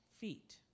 feet